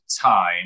time